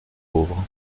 pauvres